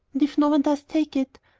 and if no one does take it,